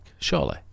surely